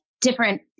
different